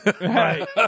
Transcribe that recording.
Right